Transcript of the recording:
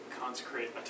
consecrate